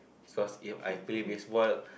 cause If I play baseball